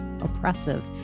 oppressive